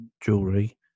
jewelry